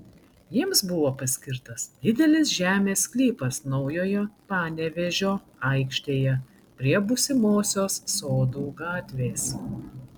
jiems buvo paskirtas didelis žemės sklypas naujojo panevėžio aikštėje prie būsimosios sodų gatvės